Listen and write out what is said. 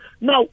Now